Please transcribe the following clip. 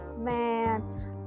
Man